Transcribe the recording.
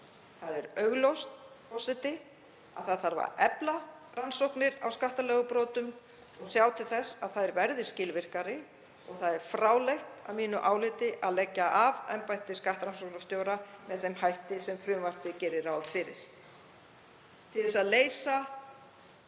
Það er augljóst, forseti, að efla þarf rannsóknir á skattalagabrotum og sjá til þess að þær verði skilvirkari. Það er fráleitt að mínu áliti að leggja af embætti skattrannsóknarstjóra með þeim hætti sem frumvarpið gerir ráð fyrir.